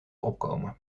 opkomen